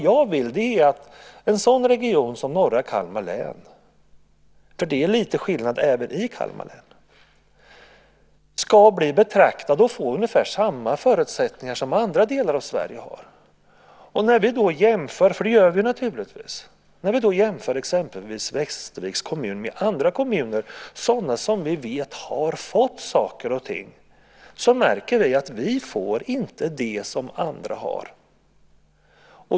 Jag vill att en region som norra Kalmar län - det är nämligen lite skillnad även i Kalmar län - ska bli betraktad som och få ungefär samma förutsättningar som andra delar av Sverige. När vi jämför, för det gör vi naturligtvis, till exempel Västerviks kommun med andra kommuner - kommuner som vi vet har fått saker och ting - märker vi att vi inte får det som andra har.